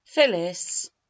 phyllis